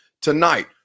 tonight